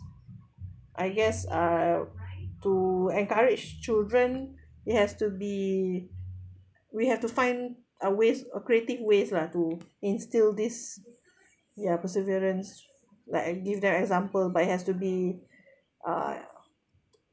I guess I'll to encourage children it has to be we have to find a ways a creative ways lah to instill this ya perseverance like I give their example but it has to be uh